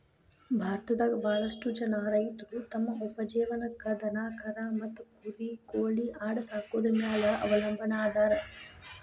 ಭಾರತದಾಗ ಬಾಳಷ್ಟು ಜನ ರೈತರು ತಮ್ಮ ಉಪಜೇವನಕ್ಕ ದನಕರಾ ಮತ್ತ ಕುರಿ ಕೋಳಿ ಆಡ ಸಾಕೊದ್ರ ಮ್ಯಾಲೆ ಅವಲಂಬನಾ ಅದಾರ